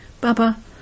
Baba